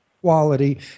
quality